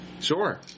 Sure